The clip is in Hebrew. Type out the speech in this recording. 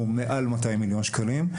הוא מעל 200 מיליון שקלים,